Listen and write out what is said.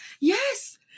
Yes